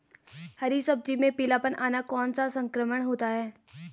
हरी सब्जी में पीलापन आना कौन सा संक्रमण होता है?